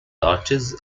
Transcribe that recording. arches